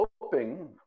hoping